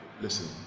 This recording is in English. Listen